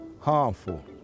harmful